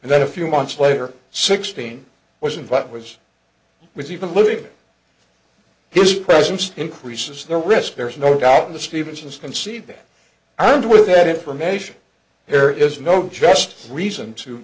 and then a few months later sixteen was in but was was even living his presence increases the risk there is no doubt in the stephenson's concede that armed with that information there is no just reason to